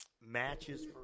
matches